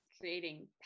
creating